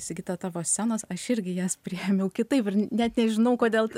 sigita tavo scenos aš irgi jas priėmiau kitaip ir net nežinau kodėl